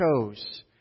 chose